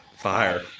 fire